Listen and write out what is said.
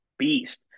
beast